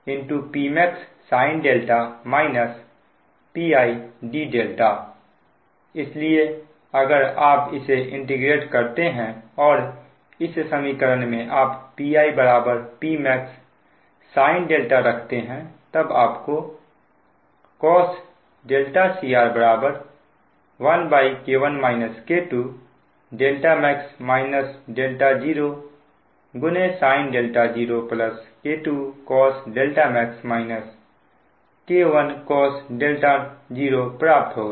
इसलिए dδ इसलिए अगर आप इसे इंटीग्रेट करते हैं और इस समीकरण में आप Pi Pmax sin रखते हैं तब आपको cos cr 1K1 K2 max 0sin 0 K2cos max K1cos 0 प्राप्त होगा